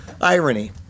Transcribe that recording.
irony